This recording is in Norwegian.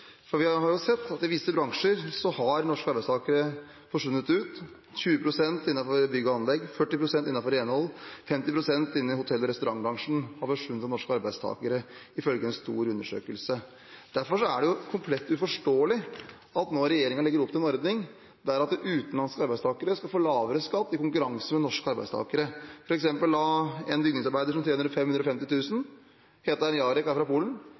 Vi har sett at i visse bransjer har norske arbeidstakere forsvunnet ut – 20 pst. innenfor bygg og anlegg, 40 pst. innenfor renhold og 50 pst. innen hotell- og restaurantbransjen, ifølge en stor undersøkelse. Derfor er det komplett uforståelig at regjeringen nå legger opp til en ordning der utenlandske arbeidstakere skal få lavere skatt i konkurranse med norske arbeidstakere. For eksempel har en bygningsarbeider som tjener 550 000 kr, 10 000 kr lavere skatt hvis han heter Jarek og er fra Polen,